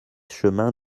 chemin